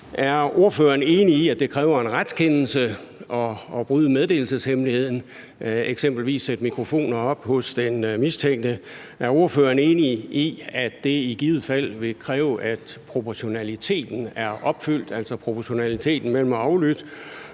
Er ordføreren enig i, at det kræver en retskendelse at bryde meddelelseshemmeligheden, eksempelvis sætte mikrofoner op hos den mistænkte? Er ordføreren enig i, at det i givet fald vil kræve, at proportionaliteten er opfyldt, altså proportionaliteten mellem at